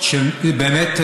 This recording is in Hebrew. היא באמת,